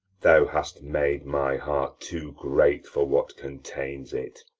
thou hast made my heart too great for what contains it.